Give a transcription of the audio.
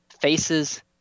faces